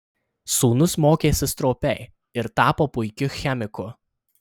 sūnus mokėsi stropiai ir tapo puikiu chemiku